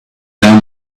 down